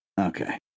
Okay